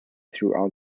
throughout